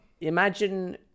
imagine